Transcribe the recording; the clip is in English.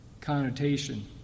connotation